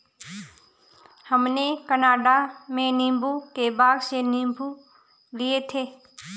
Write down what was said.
हमने कनाडा में नींबू के बाग से नींबू लिए थे